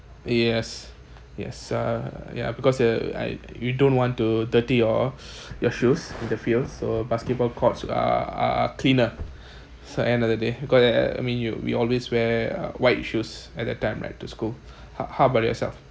yes yes uh yeah because uh I you don't want to dirty your your shoes in the field so basketball courts are are are cleaner so end of the day got I mean you you always wear uh white shoes at that time right to school how how about yourself